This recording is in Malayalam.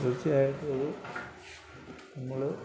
തീർച്ചയായിട്ടും ഒരു നമ്മൾ